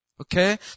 Okay